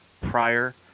prior